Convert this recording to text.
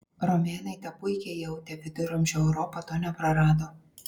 romėnai tą puikiai jautė viduramžių europa to neprarado